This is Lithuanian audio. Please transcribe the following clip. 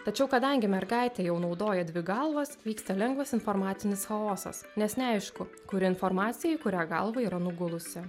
tačiau kadangi mergaitė jau naudoja dvi galvas vyksta lengvas informacinis chaosas nes neaišku kuri informaciją į kurią galvą yra nugulusi